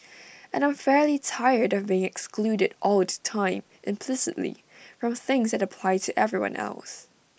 and I'm fairly tired of being excluded all the time implicitly from things that apply to everyone else